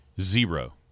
zero